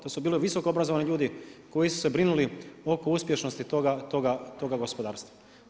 To su bili visoko obrazovani ljudi koji su se brinuli oko uspješnosti toga gospodarstva.